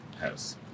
house